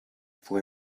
for